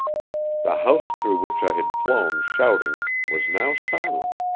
the house through which i had flown shouting was now silent,